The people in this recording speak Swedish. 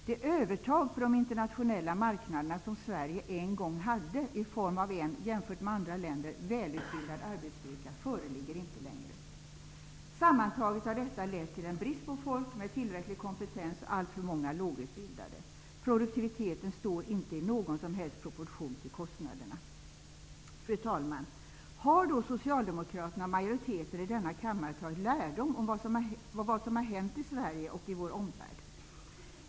Det övertag på de internationella marknaderna som Sverige en gång hade i form av en jämfört med andra länder välutbildad arbetsstyrka, föreligger inte längre. Sammantaget har detta lett till en brist på folk med tillräcklig kompetens och alltför många lågutbildade. Produktiviteten står inte i någon som helst proportion till kostnaderna. Fru talman! Har då socialdemokraterna och majoriteten i denna kammare tagit lärdom av vad som har hänt i Sverige och i vår omvärld?